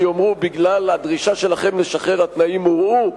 שיאמרו: בגלל הדרישה לשחרר התנאים הורעו.